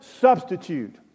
substitute